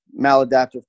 maladaptive